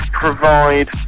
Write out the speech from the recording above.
provide